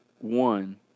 One